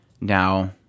now